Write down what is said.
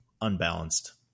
unbalanced